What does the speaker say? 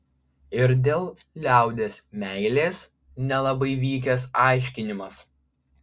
ir dėl liaudies meilės nelabai vykęs aiškinimas